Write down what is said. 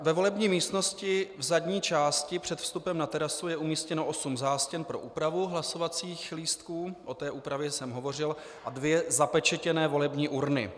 Ve volební místnosti v zadní části před vstupem na terasu je umístěno osm zástěn pro úpravu hlasovacích lístků, o té úpravě jsem hovořil, a dvě zapečetěné volební urny.